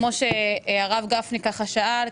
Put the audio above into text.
כמו שהרב גפני שאל,